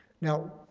Now